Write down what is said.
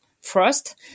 frost